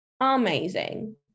amazing